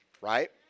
right